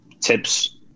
tips